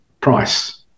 price